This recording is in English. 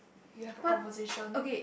you have a conversation